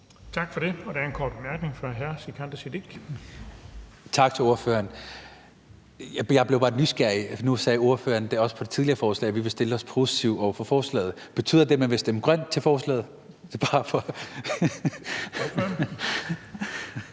Tak for det. Og der er en kort bemærkning fra hr. Sikandar Siddique. Kl. 18:51 Sikandar Siddique (FG): Tak til ordføreren. Jeg blev bare nysgerrig, for nu sagde ordføreren også i forhold til det tidligere forslag, at man ville stille sig positivt over for forslaget. Betyder det, at man vil stemme grønt til forslaget? Kl. 18:51 Den fg.